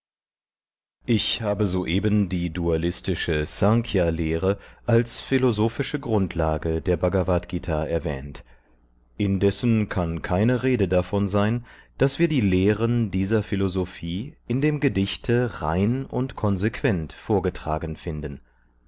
ich habe soeben die dualistische snkhya lehre als philosophische grundlage der bhagavadgt erwähnt indessen kann keine rede davon sein daß wir die lehren dieser philosophie in dem gedichte rein und konsequent vorgetragen finden